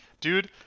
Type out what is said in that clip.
dude